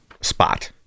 spot